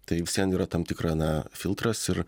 tai vis vien yra tam tikra na filtras ir